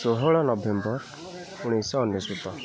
ଷୋହଳ ନଭେମ୍ବର ଉଣେଇଶିଶହ ଅନେଶ୍ୱତ